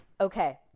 Okay